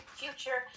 future